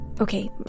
Okay